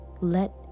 Let